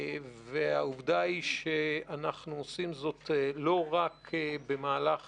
העובדה היא שאנחנו עושים זאת לא רק במהלך